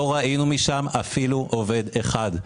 אבל לא ראינו אפילו עובד אחד.